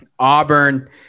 Auburn